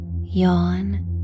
yawn